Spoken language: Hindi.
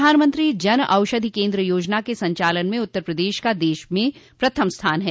प्रधानमंत्री जन औषधि केन्द्र योजना के संचालन में उत्तर प्रदेश का देश में प्रथम स्थान है